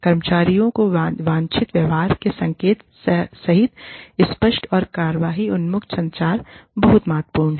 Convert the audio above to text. कर्मचारियों के वांछित व्यवहार के संकेत सहित स्पष्ट और कार्रवाई उन्मुख संचार बहुत महत्वपूर्ण है